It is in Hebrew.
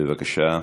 בבקשה.